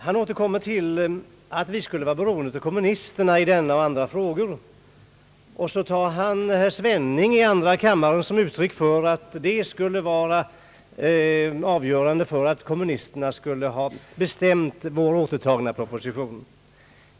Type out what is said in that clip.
Han återkommer till att vi skulle vara beroende av kommunisterna i denna och andra frågor, och han tar herr Svenning i andra kammaren till intäkt för att kommunisterna skulle ha bestämt att vi skulle återta propositionen.